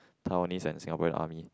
Taiwanese and Singaporean army